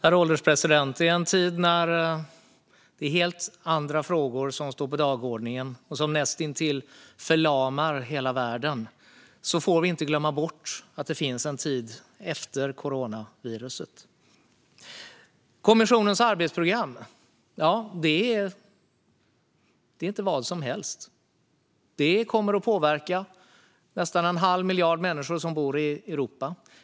Herr ålderspresident! I en tid när helt andra frågor står på dagordningen och näst intill förlamar hela världen får vi inte glömma bort att det finns en tid efter coronaviruset. Kommissionens arbetsprogram är inte vad som helst. Det kommer att påverka nästan en halv miljard människor som bor i Europa.